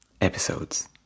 episodes